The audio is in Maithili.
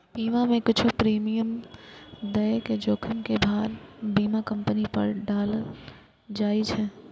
बीमा मे किछु प्रीमियम दए के जोखिम के भार बीमा कंपनी पर डालल जाए छै